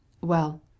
Well